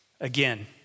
Again